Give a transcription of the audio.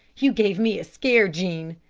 you gave me a scare, jean.